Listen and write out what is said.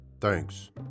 thanks